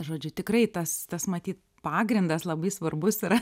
žodžiu tikrai tas tas matyt pagrindas labai svarbus yra